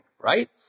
right